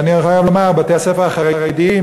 ואני חייב לומר: בתי-הספר החרדיים,